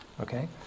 okay